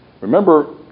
Remember